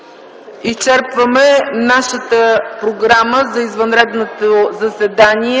изчерпваме нашата програма за извънредното заседание.